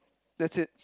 that's it